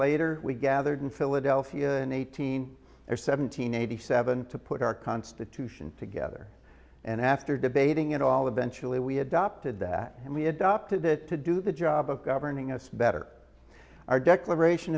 later we gathered in philadelphia an eighteen or seventeen eighty seven to put our constitution together and after debating it all eventually we adopted that and we adopted it to do the job of governing us better our declaration